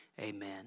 Amen